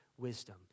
Wisdom